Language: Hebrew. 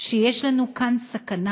שיש לנו כאן סכנה.